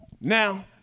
Now